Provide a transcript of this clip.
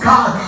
God